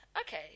Okay